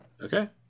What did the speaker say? Okay